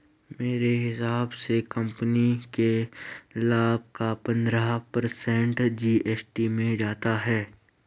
मेरे हिसाब से कंपनी के लाभ का पंद्रह पर्सेंट जी.एस.टी में जाता है